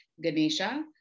Ganesha